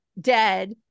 dead